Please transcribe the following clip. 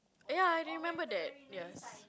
ya I remember that yes